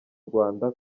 rwanda